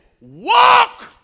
walk